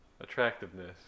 attractiveness